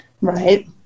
right